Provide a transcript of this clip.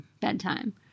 bedtime